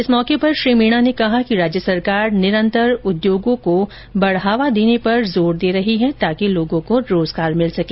इस मौके पर श्री मीना ने कहा कि राज्य सरकार निरंतर उद्योगों को बढ़ावा देने पर जोर देर रही है ताकि लोगों को रोजगार भिल सके